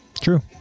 True